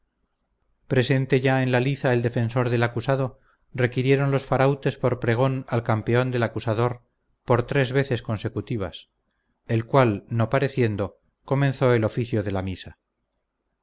la liza el defensor del acusado requirieron los farautes por pregón al campeón del acusador por tres veces consecutivas el cual no pareciendo comenzó el oficio de la misa